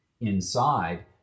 inside